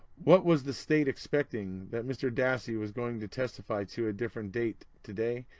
what was the state expecting, that mr dassey was going to testify to a different date today,